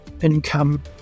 income